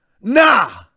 Nah